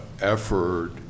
effort